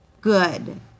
Good